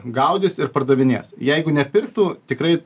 gaudys ir pardavinės jeigu nepirktų tikrai